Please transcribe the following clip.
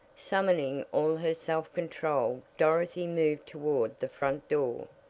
summoning all her self-control dorothy moved toward the front door.